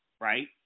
right